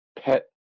pet